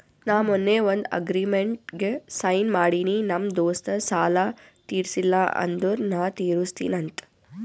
ನಾ ಮೊನ್ನೆ ಒಂದ್ ಅಗ್ರಿಮೆಂಟ್ಗ್ ಸೈನ್ ಮಾಡಿನಿ ನಮ್ ದೋಸ್ತ ಸಾಲಾ ತೀರ್ಸಿಲ್ಲ ಅಂದುರ್ ನಾ ತಿರುಸ್ತಿನಿ ಅಂತ್